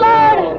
Lord